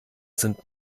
sind